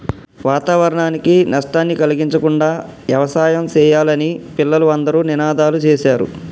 వాతావరణానికి నష్టాన్ని కలిగించకుండా యవసాయం సెయ్యాలని పిల్లలు అందరూ నినాదాలు సేశారు